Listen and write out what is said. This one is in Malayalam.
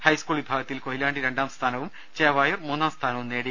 ഹൈസ്കൂൾ വിഭാഗത്തിൽ കൊയിലാണ്ടി രണ്ടാം സ്ഥാനവും ചേവായൂർ മൂന്നാം സ്ഥാനവും നേടി